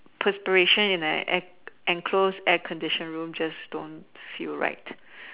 perspiration in an enclosed air conditioned room just don't feel right